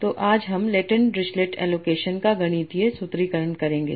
तो आज हम लेटेंट डिरिचलेट एलोकेशन का गणितीय सूत्रीकरण करेंगे